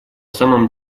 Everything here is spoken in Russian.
самом